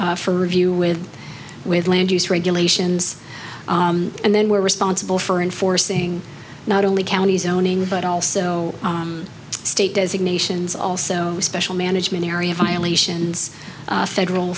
for for review with with land use regulations and then we're responsible for enforcing not only county zoning but also state designations also special management area violations federal